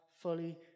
fully